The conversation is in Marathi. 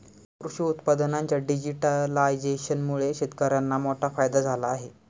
कृषी उत्पादनांच्या डिजिटलायझेशनमुळे शेतकर्यांना मोठा फायदा झाला आहे